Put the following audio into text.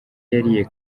yariye